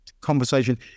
conversation